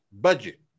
budget